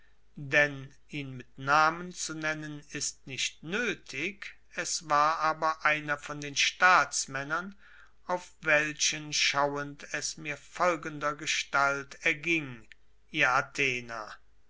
denn ihn mit namen zu nennen ist nicht nötig es war aber einer von den staatsmännern auf welchen schauend es mir folgendergestalt erging ihr